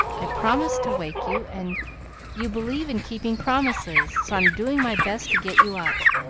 i promised to wake you, and you believe in keeping promises, so i'm doing my best to get you up.